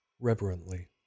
reverently